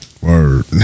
Word